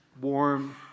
warm